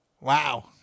Wow